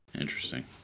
Interesting